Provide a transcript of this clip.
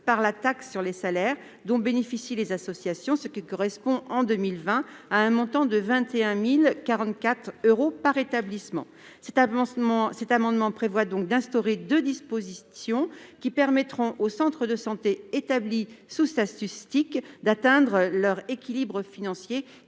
pour la taxe sur les salaires dont bénéficient les associations, soit, en 2020, un montant de 21 044 euros par établissement. Cet amendement vise donc à instaurer deux dispositions qui permettront aux centres de santés établis sous statut de SCIC d'atteindre leur équilibre financier,